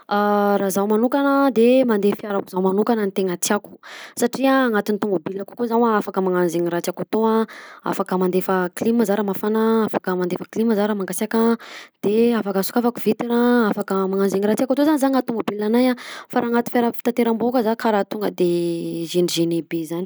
Raha izaho manokana a de mandeha fiarako zaho manokana tena tiàko satria agnatin'nyy tomobilako akao zaho a afaka magnano zegny raha tiàko atao a afaka mandefa clim zah raha mafana afaka mandefa clime zah raha mangasiaka de afaka sokafako vitre a afaka magnano zegny raha tiàko atao zany zah agnaty tomobilanahy fa raha agnaty fiara fitanteram-bahoaka zah karaha tonga de gene gene be zany.